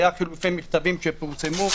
היו חילופי מכתבים שפורסמו,